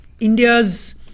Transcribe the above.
India's